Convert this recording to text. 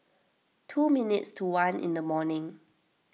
two minutes to one in the morning